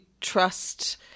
trust –